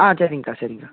ஆ சரிங்கக்கா சரிங்கக்கா